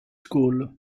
school